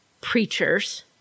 preachers